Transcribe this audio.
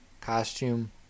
costume